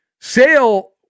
Sale